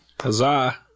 Huzzah